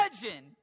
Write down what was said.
Imagine